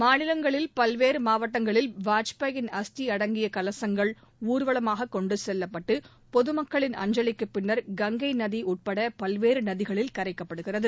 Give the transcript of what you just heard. மாநிலங்களில் பல்வேறு மாவட்டங்களில் வாஜ்பேயின் அஸ்தி அடங்கிய கலசங்கள் ஊர்வலமாக கொண்டு செல்லப்பட்டு பொது மக்களின் அஞ்சலிக்குப் பின்னர் கங்கை நதி உட்பட பல்வேறு நதிகளில் கரைக்கப்படுகிறது